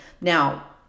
Now